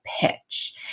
pitch